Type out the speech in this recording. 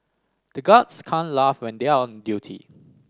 the guards can't laugh when they are on duty